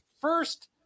first